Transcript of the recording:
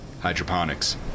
Hydroponics